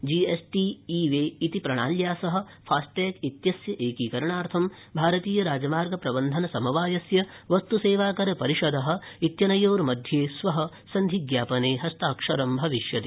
GST e way इति प्रणाल्या सह फास्टैग इत्सस्य एकीकरणार्थं भारतीय राजमार्ग प्रबंधनसमवायस्य वस्त सेवाकर परिषदः इत्यनयोर्मध्ये श्वः सन्धिज्ञापने हस्ताक्षरं भविष्यति